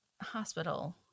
hospital